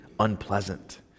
unpleasant